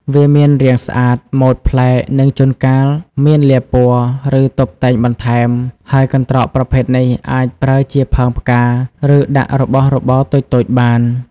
វាមានរាងស្អាត ម៉ូដប្លែក និងជួនកាលមានលាបពណ៌ ឬតុបតែងបន្ថែម ហើយកន្ត្រកប្រភេទនេះអាចប្រើជាផើងផ្កា ឬដាក់របស់របរតូចៗបាន។